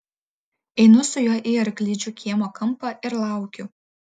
einu su juo į arklidžių kiemo kampą ir laukiu